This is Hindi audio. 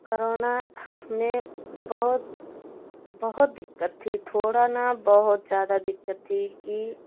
करोना मैं बहुत बहुत दिक़्क़त थी थोड़ा ना बहुत ज़्यादा दिक़्क़त थी कि